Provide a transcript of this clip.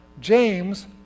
James